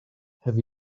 have